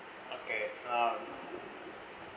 okay um